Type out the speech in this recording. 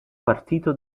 partito